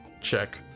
check